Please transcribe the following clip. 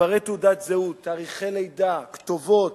מספרי תעודת זהות, תאריכי לידה, כתובות,